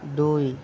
দুই